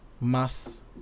mass